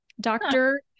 doctor